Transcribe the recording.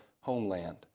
homeland